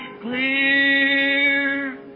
clear